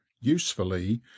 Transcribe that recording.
usefully